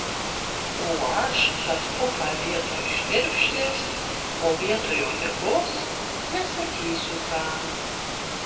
o aš kad pupą vietoj šnirpšlės o vietoj uodegos nesakysiu ką